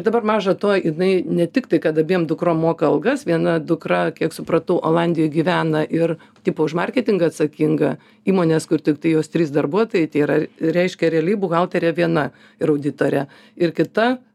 dabar maža to jinai ne tik tai kad abiem dukrom moka algas viena dukra kiek supratau olandijoj gyvena ir tipo už marketingą atsakinga įmonės kur tiktai jos trys darbuotojai tai yra reiškia realiai buhalterė viena ir auditorė ir kita